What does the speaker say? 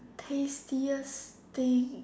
tastiest thing